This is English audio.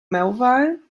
melville